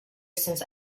since